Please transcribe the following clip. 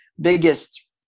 biggest